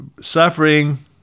suffering